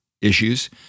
Issues